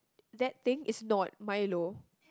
that thing is not Milo